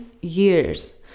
years